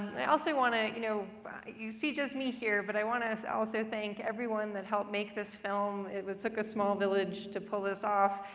and i also want to you know you see just me here, but i want to also thank everyone that helped make this film. it took a small village to pull this off.